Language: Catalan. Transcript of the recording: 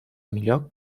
millor